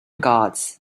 guards